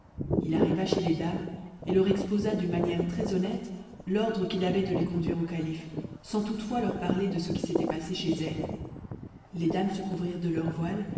il arriva chez les dames et leur exposa d'une manière très-honnête l'ordre qu'il avait de les conduire au calife sans toutefois leur parler de ce qui s'était passé chez elles les dames se couvrirent de leurs voiles